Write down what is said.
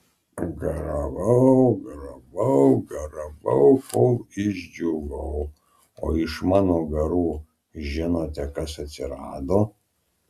garavau garavau garavau kol išdžiūvau o iš mano garų žinote kas atsirado